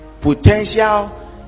potential